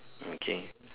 okay